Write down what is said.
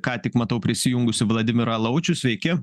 ką tik matau prisijungusį vladimirą laučių sveiki